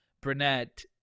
Brunette